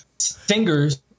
Singers